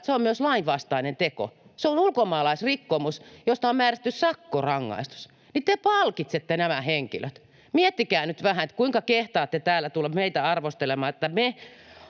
että se on myös lainvastainen teko. Se on ulkomaalaisrikkomus, josta on määrätty sakkorangaistus, ja te palkitsette nämä henkilöt. Miettikää nyt vähän, kuinka kehtaatte täällä tulla meitä arvostelemaan, että me